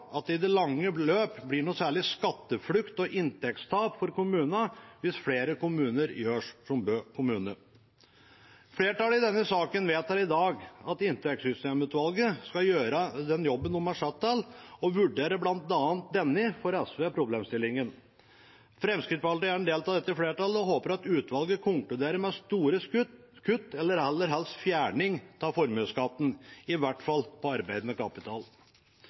at det i det lange løp blir noen særlig skatteflukt og noe inntektstap for kommunene hvis flere kommuner gjør som Bø kommune. Flertallet i denne saken vedtar i dag at inntektssystemutvalget skal gjøre den jobben de er satt til, og vurdere bl.a. denne – for SV – problemstillingen. Fremskrittspartiet er en del av dette flertallet og håper at utvalget konkluderer med store kutt eller aller helst fjerning av formuesskatten, i hvert fall på arbeidende kapital.